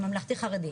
ממלכתי חרדי.